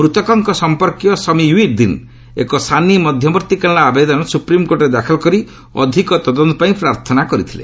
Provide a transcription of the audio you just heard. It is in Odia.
ମୂତକଙ୍କ ସଂପର୍କୀୟ ସମିଓ୍ବିଦିନ ଏକ ସାନି ମଧ୍ୟବର୍ତ୍ତୀକାଳୀନ ଆବେଦନ ସୁପ୍ରିମକୋର୍ଟରେ ଦାଖଲ କରି ଅଧିକ ତଦନ୍ତ ପାଇଁ ପ୍ରାର୍ଥନା କରିଥିଲେ